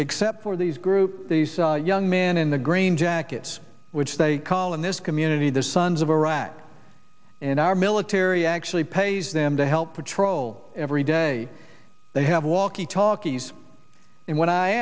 except for these groups these young men in the green jackets which they call in this community the sons of iraq and our military actually pays them to help patrol every day they have walkie talkies and when i